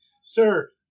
sir